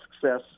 success